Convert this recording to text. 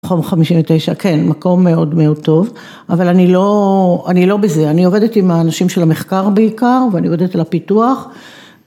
חום 59, כן, מקום מאוד מאוד טוב, אבל אני לא, אני לא בזה, אני עובדת עם האנשים של המחקר בעיקר ואני עובדת על הפיתוח...